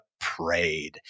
prayed